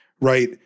right